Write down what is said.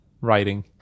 writing